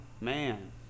Man